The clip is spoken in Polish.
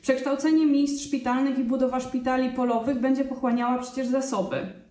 Przekształcenie miejsc szpitalnych i budowa szpitali polowych będzie pochłaniała przecież zasoby.